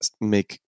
make